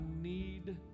need